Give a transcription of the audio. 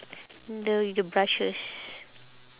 the with the brushes